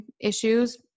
issues